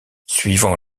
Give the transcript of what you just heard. suivant